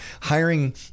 hiring